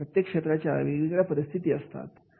आणि प्रत्येक क्षेत्राच्या वेगवेगळ्या परिस्थिती असतात